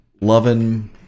loving